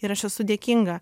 ir aš esu dėkinga